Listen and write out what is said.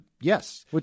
Yes